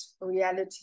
Reality